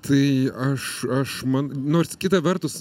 tai aš aš man nors kita vertus